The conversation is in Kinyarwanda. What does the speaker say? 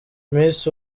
miss